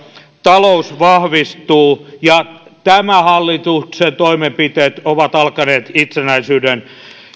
talous vahvistuu tämän hallituksen toimenpiteet ovat alkaneet itsenäisyyden